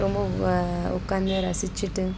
ரொம்ப உட்காந்து ரசிச்சிட்டு